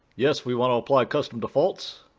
yes, we want to apply custom defaults.